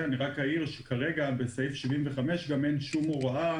אני רק אעיר שכרגע בסעיף 75 גם אין כל הוראה,